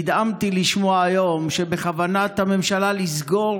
נדהמתי לשמוע היום שבכוונת הממשלה לסגור